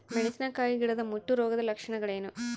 ಮೆಣಸಿನಕಾಯಿ ಗಿಡದ ಮುಟ್ಟು ರೋಗದ ಲಕ್ಷಣಗಳೇನು?